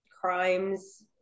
crimes